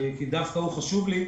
כי הוא חשוב לי.